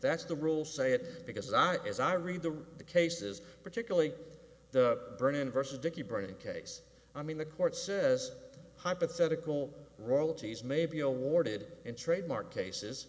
that's the rule say it because i as i read the the cases particularly the burning vs dicky brain case i mean the court says hypothetical royalties may be awarded in trademark cases